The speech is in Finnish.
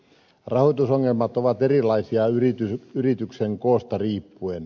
rahoitusongelmat ovat erilaisia yrityksen koosta riippuen